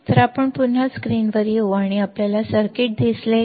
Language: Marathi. तर आपण पुन्हा स्क्रीनवर येऊ आणि आपल्याला सर्किट दिसेल